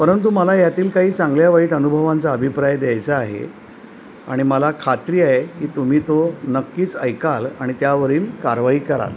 परंतु मला यातील काही चांगल्यावाईट अनुभवांचा अभिप्राय द्यायचा आहे आणि मला खात्री आहे की तुम्ही तो नक्कीच ऐकाल आणि त्यावरील कारवाई कराल